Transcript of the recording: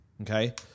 Okay